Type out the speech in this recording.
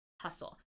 hustle